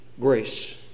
grace